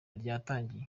ryatangiye